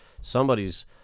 somebody's